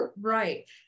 Right